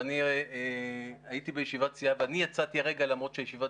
אבל אני הייתי בישיבת סיעה ואני יצאתי הרגע למרות שישיבת